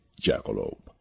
Jackalope